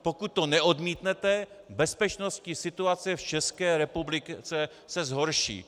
Pokud to neodmítnete, bezpečnostní situace v České republice se zhorší.